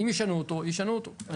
אם ישנו אותו ישנו אותו.